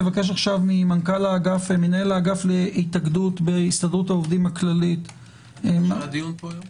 אבקש ממנכ"ל האגף להתאגדות בהסתדרות העובדים הכללית לומר את דבריו.